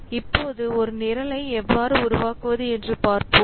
இப்போது ஒரு நிரலை எவ்வாறு உருவாக்குவது என்று பார்ப்போம்